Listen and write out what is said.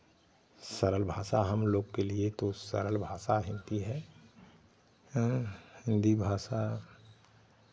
सरल भाषा हम लोग के लिए तो सरल भाषा हिन्दी है हिन्दी भाषा